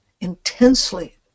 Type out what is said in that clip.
intensely